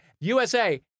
USA